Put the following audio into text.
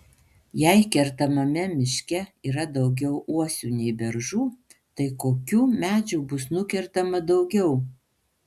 jei kertamame miške yra daugiau uosių nei beržų tai kokių medžių bus nukertama daugiau